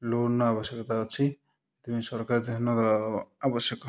ଲୋନ୍ର ଆବଶ୍ୟକତା ଅଛି ସେଥିପାଇଁ ସରକାର ଧ୍ୟାନ ଦେବା ଆବଶ୍ୟକ